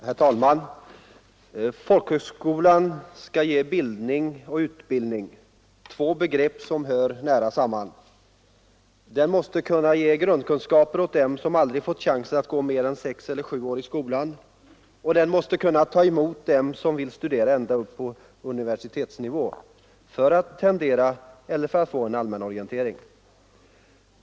Herr talman! Folkhögskolan skall ge bildning och utbildning — två begrepp som hör nära samman. Den måste kunna ge grundkunskaper åt dem som aldrig har fått chansen att gå mer än sex eller sju år i skolan, och den måste kunna ta emot dem som vill studera ända upp på universitetsnivå, för att tentera eller för att få en allmänorientering.